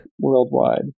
worldwide